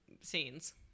scenes